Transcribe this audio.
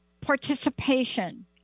Participation